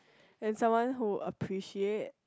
and someone who appreciate